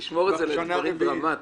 תשמור את זה לדברים דרמטיים.